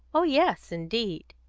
oh yes, indeed!